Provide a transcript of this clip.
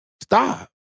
Stop